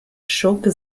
schurke